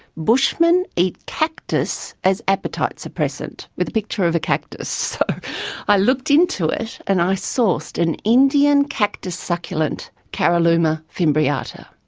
bushmen eat cactus as appetite suppressant, with a picture of a cactus. so i looked into it, and i sourced an indian cactus succulent, caralluma fimbriata.